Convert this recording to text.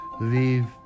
leave